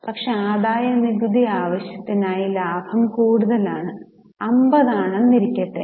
പക്ഷേ ആദായനികുതി ആവശ്യത്തിനായി ലാഭം കൂടുതലാണ് 50 ആണെന്ന് ഇരിക്കട്ടെ